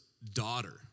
daughter